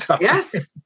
Yes